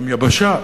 "ים יבשה".